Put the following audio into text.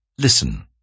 Listen